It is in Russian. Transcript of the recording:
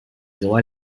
дела